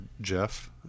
Jeff